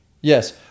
Yes